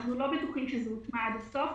אנחנו לא בטוחים שזה הוטמע עד הסוף.